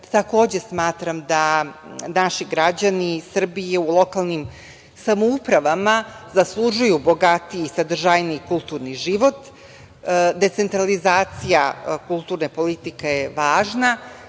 Takođe, smatram da naši građani Srbije u lokalnim samoupravama zaslužuju bogatiji, sadržajniji kulturni život. Decentralizacija kulturne politike je važna,